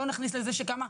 לא נכניס לזה שיש כמה,